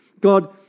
God